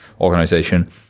organization